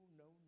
no